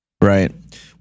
Right